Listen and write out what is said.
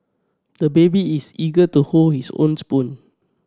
the baby is eager to hold his own spoon